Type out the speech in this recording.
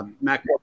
mac